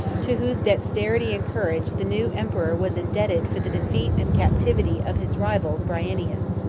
to whose dexterity and courage the new emperor was indebted for the defeat and captivity of his rival, bryennius.